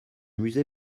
musée